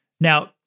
Now